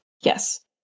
Yes